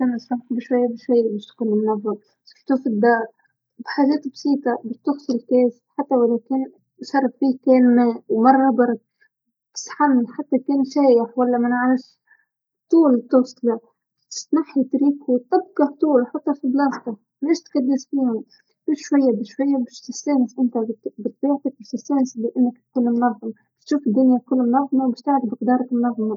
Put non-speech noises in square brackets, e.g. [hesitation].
تبغي تكون مرتب ونظيف، [hesitation] تساوي اللي تاخذه بترجعه محله، الشي الموسخ بتغسله ،ما يتترك صحن موسخ بال-بالمطبخ وتغسله ،ما تجاوب تعتم وسخة بتغسلها. خس ملابسك، بترجعها للخزانة بت- بترميها بالغسالة، [hesitation] حتى الله يعزك ال-الحذاء تبعك بترجعه علي محله ،الكنباية دايما مرتبة، كل شي يكون بالمحله الصحيح.